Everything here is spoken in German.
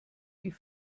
wie